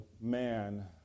man